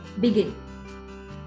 begin